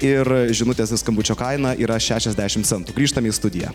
ir žinutės ir skambučio kaina yra šešiasdešimt centų grįžtam į studiją